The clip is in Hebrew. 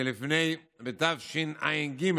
שבתשע"ג,